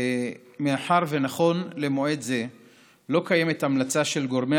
מאחר שנכון למועד זה לא קיימת המלצה של גורמי